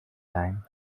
time